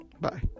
Bye